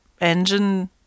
engine